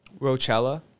Rochella